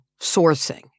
sourcing